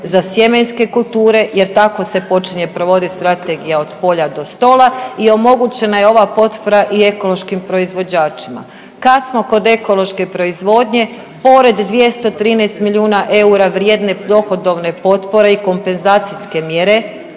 za sjemenske kulture jer tako se počinje provodit Strategija „od polja do stola“ i omogućena je ova potpora i ekološkim proizvođačima. Kad smo kod ekološke proizvodnje pored 213 milijuna eura vrijedne dohodovne potpore i kompenzacijske mjere,